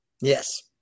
Yes